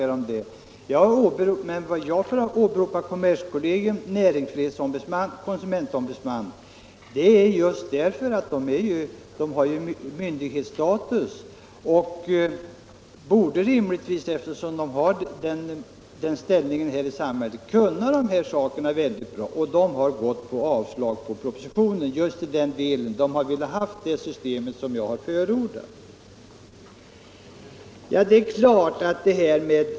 Men anledningen till att jag åberopade kommerskollegium, näringsfrihetsombudsmannen och konsumentombudsmannen var just att de har myndighets status och rimligtvis borde, eftersom de har den ställningen i samhället, kunna dessa ISS saker väldigt bra. De har avstyrkt propositionen just i den delen, de har velat ha det system jag har förordat.